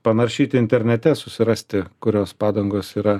panaršyti internete susirasti kurios padangos yra